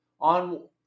on